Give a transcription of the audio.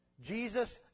Jesus